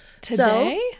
today